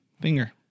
Finger